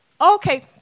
Okay